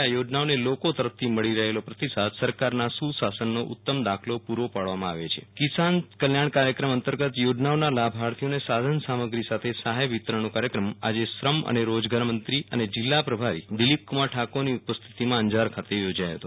આ યોજનાઓને લોકો તરફથી મળી રહેલો પ્રતિસાદ સરકારના સુ સાસનનો ઉત્તમ દાખલો પુ રો પાડવામાં આવે છે કિસાન કલ્યાણ કાર્યક્રમ અંતર્ગત યોજનાઓના લાભાર્થીઓને સાધન સામગ્રી સાથે સહાથ વિતરણનો કાર્યક્રમ આજે શ્રમ અને રોજગાર મંત્રી અને જીલ્લા પ્રભારી દિલીપકુમાર ઠાકોરની ઉપસ્થિતિમાં અંજાર ખાતે યોજાયો હતો